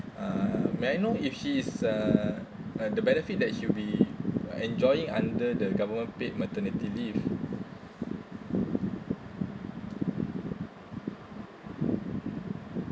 uh may I know if she is uh uh the benefit that she'll be enjoying under the government paid maternity leave